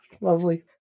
lovely